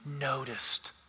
noticed